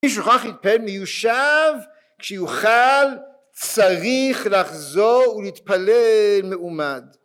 מי שהוכרח להתפלל מיושב כשיוכל צריך להחזור ולהתפלל מעומד